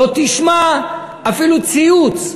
לא תשמע אפילו ציוץ,